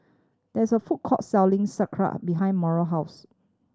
there is a food court selling Sekihan behind Mauro house